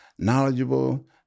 knowledgeable